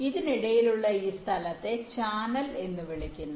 ഇതിനിടയിലുള്ള ഈ സ്ഥലത്തെ ചാനൽ എന്നും വിളിക്കുന്നു